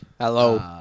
hello